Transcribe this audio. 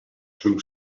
two